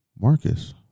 Marcus